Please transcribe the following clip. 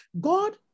God